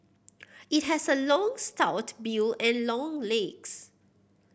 it has a long stout bill and long legs